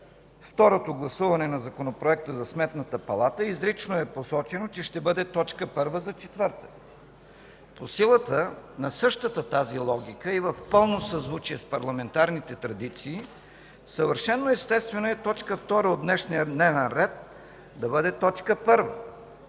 второто гласуване на Законопроекта за Сметната палата, изрично е посочено, че ще бъде точка първа за четвъртък. По силата на същата тази логика и в пълно съзвучие с парламентарните традиции, съвършено естествено е точка втора от днешния дневен ред да бъде точка първа,